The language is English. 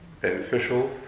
beneficial